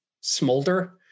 smolder